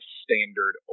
standard